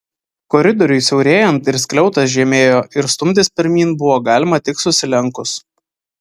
koridoriui siaurėjant ir skliautas žemėjo ir stumtis pirmyn buvo galima tik susilenkus